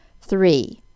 three